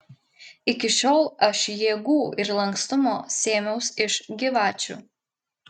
iki šiol aš jėgų ir lankstumo sėmiaus iš gyvačių